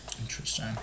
Interesting